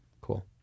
Cool